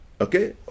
okay